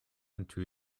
into